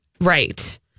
right